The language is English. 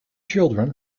children